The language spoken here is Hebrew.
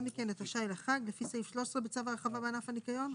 הסבר 95 דמי חגים לפי סעיף 19 בצו ההרחבה בענף הניקיון,